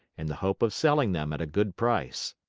in the hope of selling them at a good price.